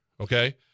okay